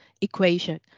equation